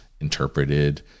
interpreted